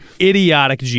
idiotic